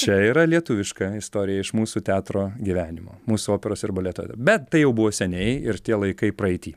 čia yra lietuviška istorija iš mūsų teatro gyvenimo mūsų operos ir baleto bet tai jau buvo seniai ir tie laikai praeity